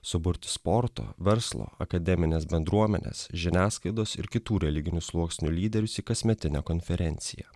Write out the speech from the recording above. suburti sporto verslo akademinės bendruomenės žiniasklaidos ir kitų religinių sluoksnių lyderius į kasmetinę konferenciją